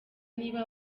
niba